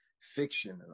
fiction